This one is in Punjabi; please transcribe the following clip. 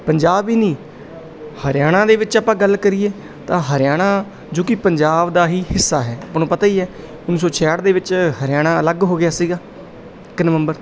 ਪੰਜਾਬ ਹੀ ਨਹੀਂ ਹਰਿਆਣਾ ਦੇ ਵਿੱਚ ਆਪਾਂ ਗੱਲ ਕਰੀਏ ਤਾਂ ਹਰਿਆਣਾ ਜੋ ਕਿ ਪੰਜਾਬ ਦਾ ਹੀ ਹਿੱਸਾ ਹੈ ਆਪਾਂ ਨੂੰ ਪਤਾ ਹੀ ਹੈ ਉੱਨੀ ਸੌ ਛਿਆਹਟ ਦੇ ਵਿੱਚ ਹਰਿਆਣਾ ਅਲੱਗ ਹੋ ਗਿਆ ਸੀਗਾ ਇੱਕ ਨਵੰਬਰ